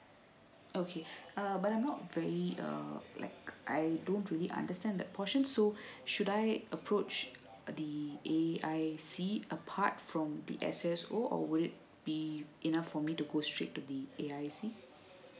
okay um but I'm not very uh like I don't really understand the portion so should I approach the A_I_C apart from the S_S_O or would it be enough for me to go straight to the A_I_C